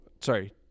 sorry